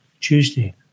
Tuesday